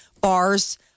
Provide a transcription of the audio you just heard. bars